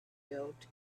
felt